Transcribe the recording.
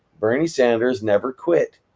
bernie sanders never quit,